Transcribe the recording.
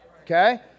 okay